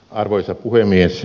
arvoisa puhemies